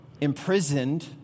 Imprisoned